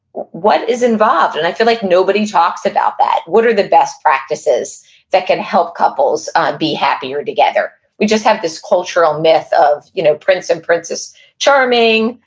what is involved? and i feel like nobody talks about that. what are the best practices that can help ah be happier together? we just have this cultural myth of you know prince and princess charming,